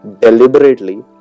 deliberately